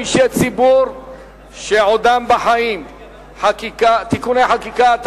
אישי ציבור שעודם בחיים (תיקוני חקיקה),